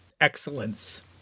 excellence